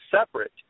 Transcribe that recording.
separate